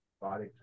body